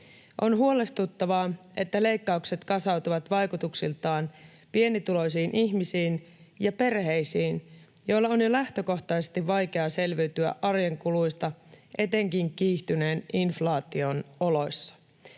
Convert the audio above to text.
On huolestuttavaa, että leikkaukset kasautuvat vaikutuksiltaan pienituloisiin ihmisiin ja perheisiin, joilla on jo lähtökohtaisesti vaikea selviytyä arjen kuluista etenkin kiihtyneen inflaation oloissa.